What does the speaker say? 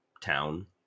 town